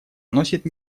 носит